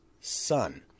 son